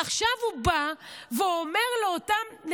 עכשיו הוא בא ואומר לאותן,